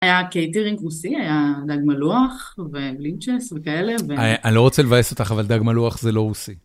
היה קייטרינג רוסי, היה דג מלוח ובלינצ'ס וכאלה, ו... אני לא רוצה לבאס אותך, אבל דג מלוח זה לא רוסי.